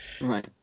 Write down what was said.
Right